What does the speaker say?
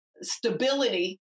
stability